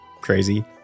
crazy